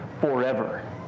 forever